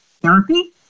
therapy